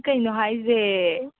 ꯀꯩꯅꯣ ꯍꯥꯏꯁꯦ